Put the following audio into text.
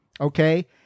Okay